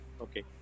Okay